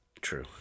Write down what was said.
True